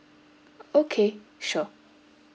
okay sure